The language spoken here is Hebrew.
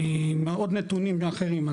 היא עם עוד נתונים אחרים,